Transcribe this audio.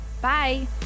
bye